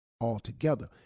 altogether